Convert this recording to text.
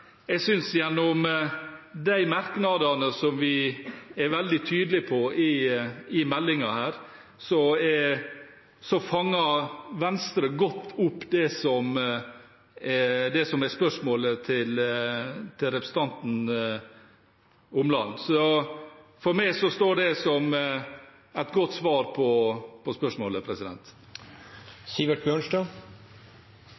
Jeg synes, gjennom de merknadene som vi er veldig tydelige på i innstillingen her, at Venstre fanger godt opp det som er spørsmålet til representanten Omland. For meg står det som et godt svar på spørsmålet.